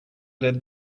led